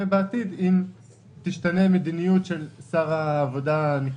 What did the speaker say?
אם תשתנה המדיניות של שר העבודה הנכנס.